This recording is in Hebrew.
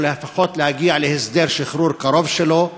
או לפחות להגיע להסדר לשחרור קרוב שלו,